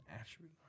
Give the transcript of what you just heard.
attribute